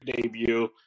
debut